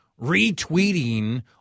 retweeting